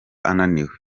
ananiwe